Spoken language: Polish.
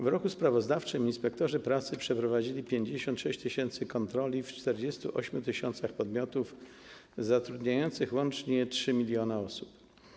W roku sprawozdawczym inspektorzy pracy przeprowadzili 56 tys. kontroli w 48 tys. podmiotów zatrudniających łącznie 3 mln osób.